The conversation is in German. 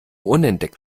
unentdeckt